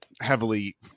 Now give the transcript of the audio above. heavily